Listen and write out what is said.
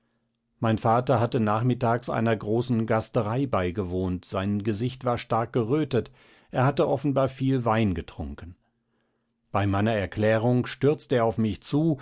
mein vater hatte nachmittags einer großen gasterei beigewohnt sein gesicht war stark gerötet er hatte offenbar viel wein getrunken bei meiner erklärung stürzte er auf mich zu